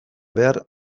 behar